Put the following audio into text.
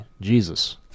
Jesus